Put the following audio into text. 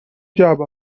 جعبه